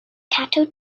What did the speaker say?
kato